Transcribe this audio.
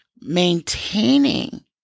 maintaining